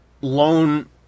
loan